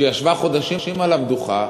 ישבה חודשים על המדוכה,